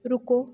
ਰੁਕੋ